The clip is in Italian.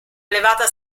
elevata